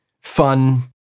fun